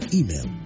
email